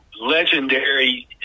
legendary